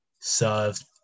served